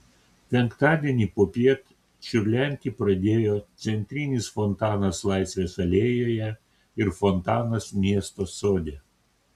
penktadienį popiet čiurlenti pradėjo centrinis fontanas laisvės alėjoje ir fontanas miesto sode